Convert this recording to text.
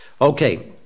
Okay